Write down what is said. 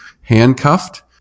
handcuffed